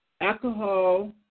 alcohol